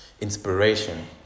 inspiration